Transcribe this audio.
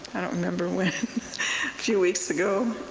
i don't remember when, a few weeks ago,